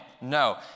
No